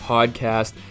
Podcast